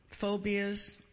phobias